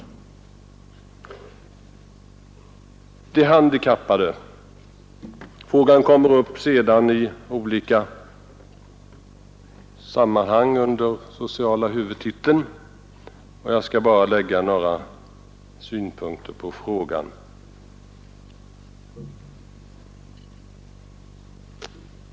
Frågan om de handikappade kommer upp senare i olika sammanhang under socialhuvudtiteln. Jag skall bara lägga några synpunkter på det problemet.